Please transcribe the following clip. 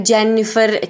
Jennifer